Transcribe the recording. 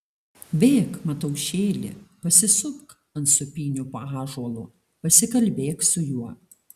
bėk mataušėli pasisupk ant sūpynių po ąžuolu pasikalbėk su juo